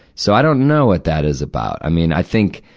so i don't know what that is about. i mean, i think,